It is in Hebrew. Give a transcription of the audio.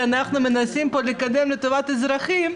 שאנחנו מנסים לקדם פה לטובת האזרחים,